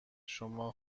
شما